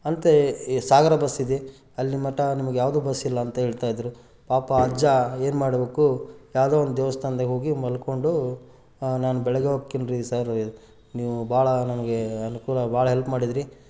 ಅಂತ ಈ ಸಾಗರ ಬಸ್ಸಿದೆ ಅಲ್ಲಿ ಮಟ್ಟ ನಿಮಗೆ ಯಾವುದು ಬಸ್ಸಿಲ್ಲ ಅಂತ ಹೇಳ್ತಾಯಿದ್ರು ಪಾಪ ಅಜ್ಜ ಏನು ಮಾಡಬೇಕು ಯಾವುದೋ ಒಂದು ದೇವಸ್ಥಾನ್ದಾಗ ಹೋಗಿ ಮಲ್ಕೊಂಡು ನಾನು ಬೆಳಗ್ಗೆ ಹೋಕ್ಕೀನ್ರಿ ಸರ್ ನೀವು ಬಹಳ ನಮಗೆ ಅನುಕೂಲ ಬಹಳ ಹೆಲ್ಪ್ ಮಾಡಿದಿರಿ